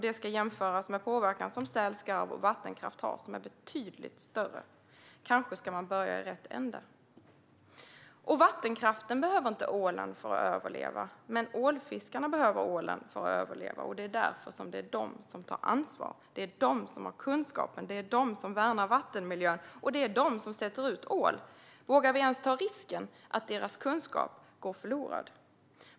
Det ska jämföras med den påverkan som säl, skarv och vattenkraft har som är betydligt större. Kanske ska man börja i rätt ände. Vattenkraften behöver inte ålen för att överleva, men ålfiskarna behöver ålen för att överleva. Det är därför de tar ansvar. Det är de som har kunskapen, de värnar vattenmiljön och de sätter ut ål. Vågar vi ens ta risken att deras kunskap går förlorad?